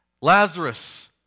Lazarus